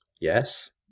Yes